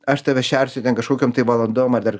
aš tave šersiu ten kažkokiom tai valandom ar dar